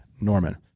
Norman